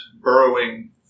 burrowing